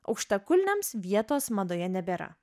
aukštakulniams vietos madoje nebėra